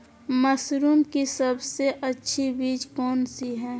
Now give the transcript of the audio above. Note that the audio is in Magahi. मशरूम की सबसे अच्छी बीज कौन सी है?